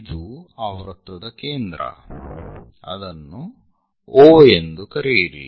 ಇದು ಆ ವೃತ್ತದ ಕೇಂದ್ರ ಅದನ್ನು O ಎಂದು ಕರೆಯಿರಿ